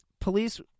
police